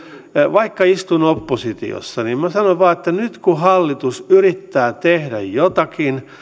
vaikka istun oppositiossa niin minä sanon vaan että nyt kun hallitus yrittää tehdä jotakin